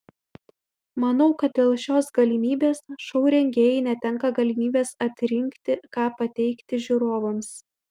manau kad dėl šios galimybės šou rengėjai netenka galimybės atrinkti ką pateikti žiūrovams